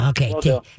Okay